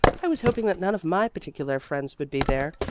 i was hoping that none of my particular friends would be there.